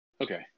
Okay